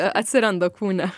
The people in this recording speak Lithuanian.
atsiranda kūne